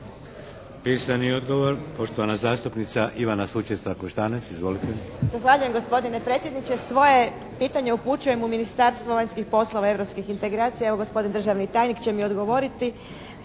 Pisani odgovor. Poštovana zastupnica Ivana Sučec Trakoštanec. Izvolite.